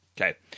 Okay